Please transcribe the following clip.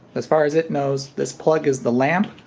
as far as it knows, this plug is the lamp,